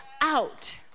out